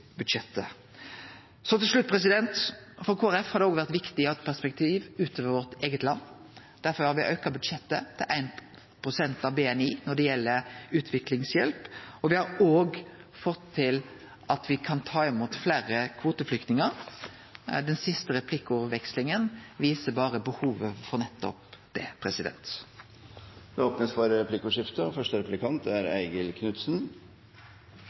budsjettet. Til slutt: For Kristeleg Folkeparti har det også vore viktig å ha eit perspektiv utover vårt eige land. Derfor har me auka budsjettet til 1 pst. av BNI når det gjeld utviklingshjelp. Me har også fått til at me kan ta imot fleire kvoteflyktningar. Den siste replikkekslinga viser berre behovet for nettopp det. Det blir replikkordskifte.